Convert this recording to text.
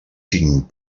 tinc